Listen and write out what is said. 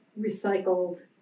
recycled